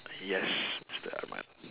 yes mister arman